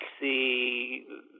see